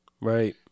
Right